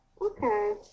Okay